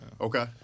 Okay